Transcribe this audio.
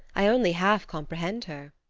i only half comprehend her.